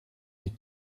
sie